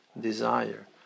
desire